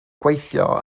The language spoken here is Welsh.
gweithio